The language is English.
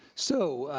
so,